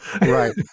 Right